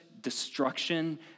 destruction